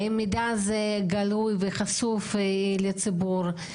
האם המידע הזה גלוי וחשוף לציבור?